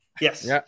Yes